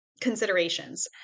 considerations